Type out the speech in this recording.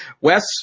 Wes